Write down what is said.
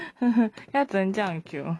haha 要等这样久